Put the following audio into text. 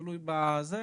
תלוי איפה.